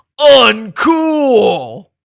uncool